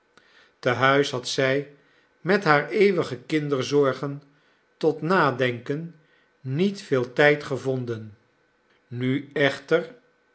te huis had zij met haar eeuwige kinderzorgen tot nadenken niet veel tijd gevonden nu echter